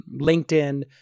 LinkedIn